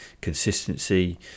consistency